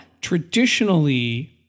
Traditionally